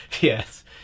Yes